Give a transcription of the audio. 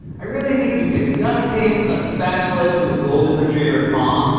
i really think you could duct-tape a spatula to a golden retriever's paw,